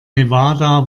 nevada